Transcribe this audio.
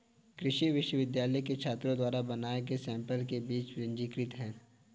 कृषि विश्वविद्यालय के छात्रों द्वारा बनाए गए सैंपल के बीज पंजीकृत हैं